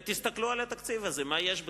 תסתכלו על התקציב הזה ומה יש בתוכו.